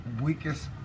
weakest